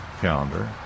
calendar